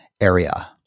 area